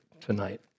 tonight